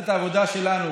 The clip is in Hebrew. ונעשה את העבודה שלנו,